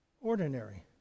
ordinary